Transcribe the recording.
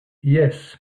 jes